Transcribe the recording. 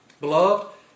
Beloved